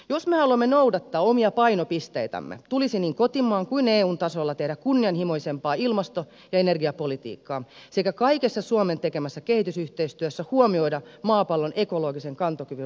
jos me haluamme noudattaa omia painopisteitämme tulisi niin kotimaan kuin eun tasolla tehdä kunnianhimoisempaa ilmasto ja energiapolitiikkaa sekä kaikessa suomen tekemässä kehitysyhteistyössä huomioida maapallon ekologisen kantokyvyn rajallisuus